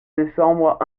décembre